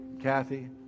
Kathy